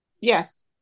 Yes